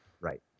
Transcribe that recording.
Right